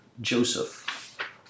Joseph